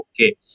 okay